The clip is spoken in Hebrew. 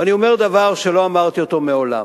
ואני אומר דבר שלא אמרתי אותו מעולם: